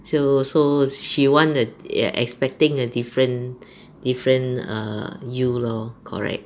so so she want err expecting a different different err you lor correct